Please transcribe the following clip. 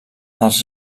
els